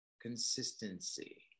consistency